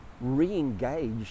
re-engage